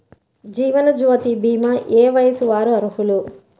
జీవనజ్యోతి భీమా ఏ వయస్సు వారు అర్హులు?